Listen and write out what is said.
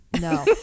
No